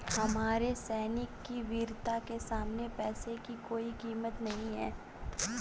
हमारे सैनिक की वीरता के सामने पैसे की कोई कीमत नही है